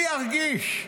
מי ירגיש?